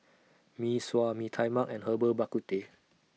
Mee Sua Mee Tai Mak and Herbal Bak Ku Teh